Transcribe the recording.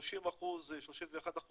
31%